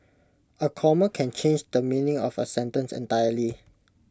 A comma can change the meaning of A sentence entirely